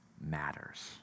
matters